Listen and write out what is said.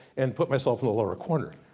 and put myself in a lower corner.